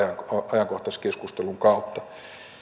ajankohtaiskeskustelun kautta